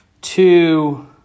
two